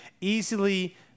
easily